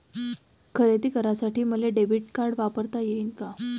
खरेदी करासाठी मले डेबिट कार्ड वापरता येईन का?